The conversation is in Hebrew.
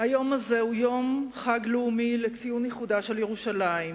היום הזה הוא יום חג לאומי לציון איחודה של ירושלים.